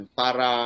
para